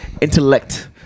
Intellect